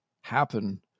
happen